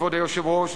כבוד היושב-ראש: